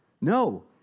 No